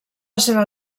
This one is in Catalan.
seva